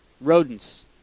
rodents